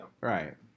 Right